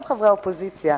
גם חברי האופוזיציה,